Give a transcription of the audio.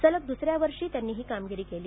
सलग दुसऱ्या वर्षी त्यांनी ही कामगिरी केली